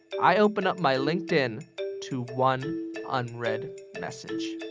i open up my linkedin to one unread message.